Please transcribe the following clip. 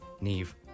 Neve